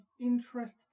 interest